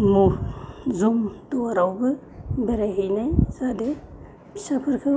जमदुवारावबो बेरायहैनाय जादों फिसाफोरखौ